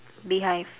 bee hive